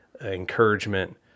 encouragement